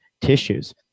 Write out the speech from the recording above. tissues